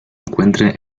encuentra